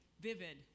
Vivid